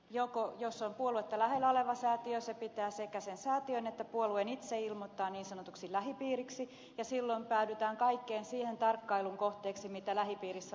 jos on puoluetta lähellä oleva säätiö se pitää sekä sen säätiön että puolueen itse ilmoittaa niin sanotuksi lähipiiriksi ja silloin päädytään kaikkeen siihen tarkkailuun mitä lähipiirissä oleminen tarkoittaa